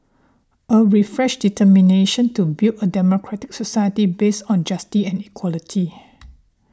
a refreshed determination to build a democratic society based on justice and equality